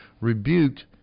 rebuked